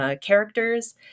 Characters